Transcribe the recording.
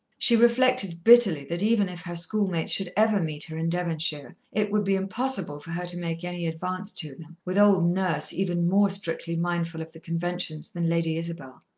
she reflected bitterly that even if her schoolmates should ever meet her in devonshire, it would be impossible for her to make any advance to them, with old nurse, even more strictly mindful of the conventions than lady isabel.